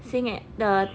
sing at the